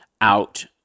out